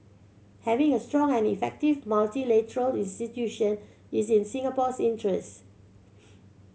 having a strong and effective multilateral institution is in Singapore's interest